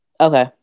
Okay